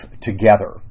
Together